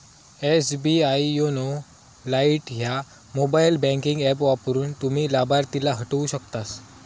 SBI YONO lite ह्या mobile banking app वापरून, तुम्ही लाभार्थीला हटवू शकतास